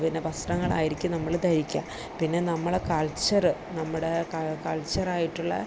പിന്നെ വസ്ത്രങ്ങളായിരിക്കും നമ്മൾ ധരിക്കുക പിന്നെ നമ്മൾ കൾച്ചറ് നമ്മുടെ കൾച്ചറായിട്ടുള്ള